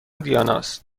دیاناست